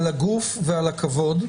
על הגוף ועל הכבוד,